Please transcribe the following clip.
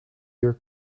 your